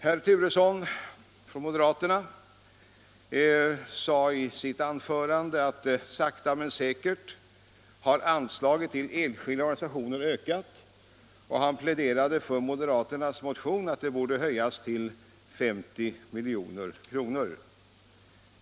Herr Turesson från moderaterna sade i sitt anförande att anslagen till enskilda organisationer har ökat sakta men säkert, och han pläderade för moderaternas motion om att anslaget borde höjas till 50 milj.kr.